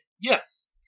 Yes